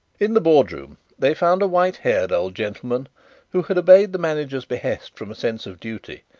in the boardroom they found a white-haired old gentleman who had obeyed the manager's behest from a sense of duty,